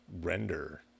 render